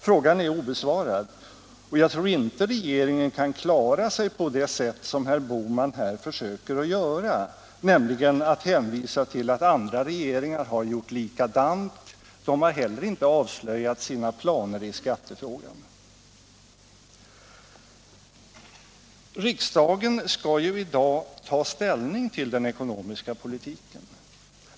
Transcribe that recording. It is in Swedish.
Frågan är alltså obesvarad, och jag tror inte regeringen kan klara sig på det sätt som herr Bohman här försöker tillämpa, nämligen att hänvisa till att andra regeringar har gjort likadant; de har inte heller avslöjat sina planer i skattefrågan. Riksdagen skall ju i dag ta ställning till den ekonomiska politiken.